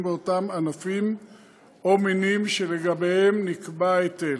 באותם ענפים או מינים שלגביהם נקבע ההיטל,